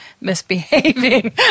misbehaving